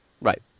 Right